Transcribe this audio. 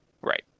right